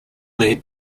led